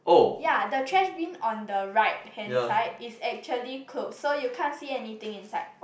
ya the trash bin on the right hand side is actually closed so you can't see anything inside